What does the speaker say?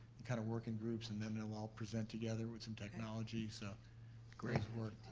and kind of work in groups and then they'll all present together with some technology. so great work.